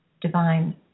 Divine